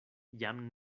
jam